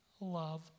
love